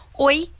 oi